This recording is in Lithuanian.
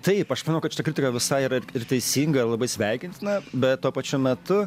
taip aš manau kad šita kritika visai yra ir teisinga ir labai sveikintina bet tuo pačiu metu